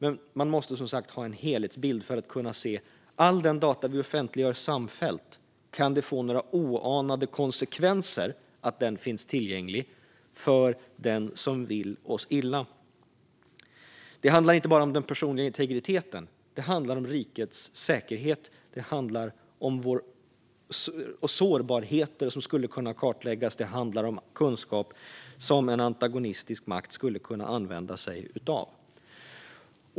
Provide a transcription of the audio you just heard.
Men man måste som sagt ha en helhetsbild för att kunna se om alla de data vi offentliggör sammantaget kan få några oanade konsekvenser i och med att de finns tillgängliga för den som vill oss illa. Det handlar inte bara om den personliga integriteten. Det handlar om rikets säkerhet. Det handlar om sårbarheter som skulle kunna kartläggas. Det handlar om kunskap som en antagonistisk makt skulle kunna använda sig av.